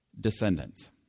descendants